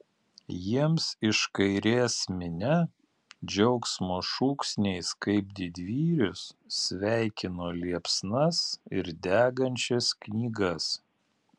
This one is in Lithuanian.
jiems iš kairės minia džiaugsmo šūksniais kaip didvyrius sveikino liepsnas ir degančias knygas